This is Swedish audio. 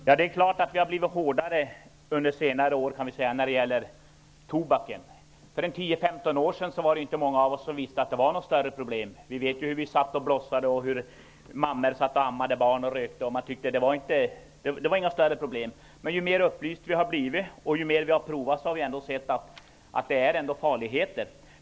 Herr talman! Det är klart att vi har blivit hårdare under senare år när det gäller tobaken. För 10-15 år sedan var det inte många av oss som visste att rökningen var något större problem. Vi vet ju hur vi satt och blossade och hur mammor ammade barn och rökte. Ju mer upplysta vi har blivit och ju mer vi har provat har vi sett att det är farligt med rökning.